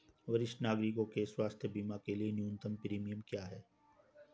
वरिष्ठ नागरिकों के स्वास्थ्य बीमा के लिए न्यूनतम प्रीमियम क्या है?